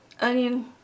onion